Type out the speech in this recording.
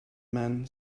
man